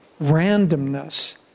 randomness